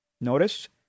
Notice